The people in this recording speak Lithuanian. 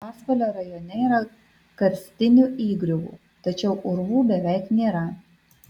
pasvalio rajone yra karstinių įgriuvų tačiau urvų beveik nėra